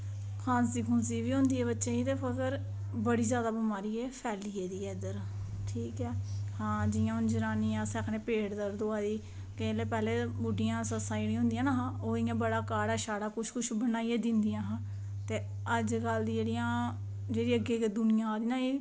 खांसी बी होंदी ऐ पर बड़ी जादा एह् बमारी फैली गेदी ऐ इद्धर आं ठीक ऐ जनानियें गी जियां अस आक्खने पेट दर्द होआ दी ते ओह् जेह्ड़ी बुड्ढियां सस्सां होंदियां हियां ना ओह् बड़ा काढ़ा कुछ कुछ बनाइयै दिंदियां हियां ते अज्जकल दियां जेह्ड़ियां जेह्ड़ी अग्गें अग्गें दुनिया आवा दी ऐ